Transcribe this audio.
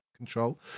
control